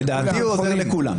לדעתי, הוא עוזר לכולם.